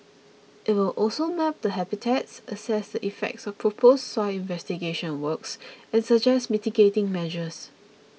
it will also map the habitats assess the effects of proposed soil investigation works and suggest mitigating measures